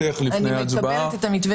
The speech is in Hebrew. בכל מקרה נחזיר את זה.